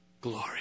glory